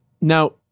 Now